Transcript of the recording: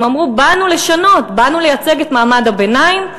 הם אמרו, באו לשנות, באנו לייצג את מעמד הביניים.